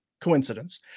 coincidence